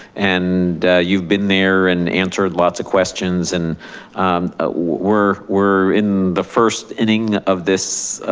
and you've been there and answered lots of questions. and ah we're we're in the first inning of this